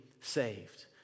saved